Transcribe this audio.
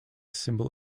symbol